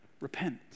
Repent